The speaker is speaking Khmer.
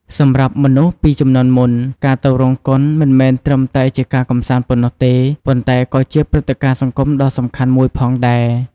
សម្រាប់មនុស្សពីជំនាន់មុន ការទៅរោងកុនមិនមែនត្រឹមតែជាការកម្សាន្តប៉ុណ្ណោះទេ ប៉ុន្តែក៏ជាព្រឹត្តិការណ៍សង្គមដ៏សំខាន់មួយផងដែរ ។